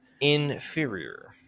Inferior